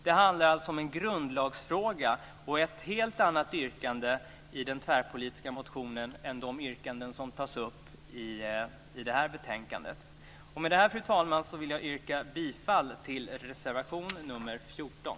Det handlar alltså om en grundlagsfråga och ett helt annat yrkande i den tvärpolitiska motionen än de yrkanden som tas upp i det här betänkandet. Fru talman! Med detta vill jag yrka bifall till reservation nr 14.